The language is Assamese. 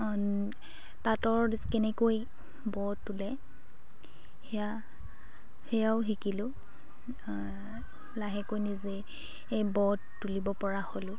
তাঁতৰ কেনেকৈ ব তোলে সেয়া সেয়াও শিকিলোঁ লাহেকৈ নিজে এই ব তুলিব পৰা হ'লোঁ